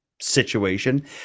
situation